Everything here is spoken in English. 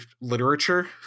literature